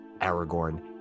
Aragorn